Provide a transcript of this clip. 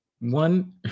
one